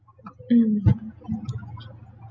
mm